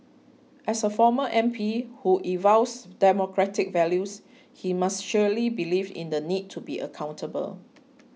as a former M P who espoused democratic values he must surely believe in the need to be accountable